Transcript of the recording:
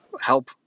help